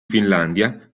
finlandia